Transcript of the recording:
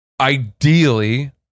Ideally